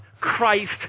Christ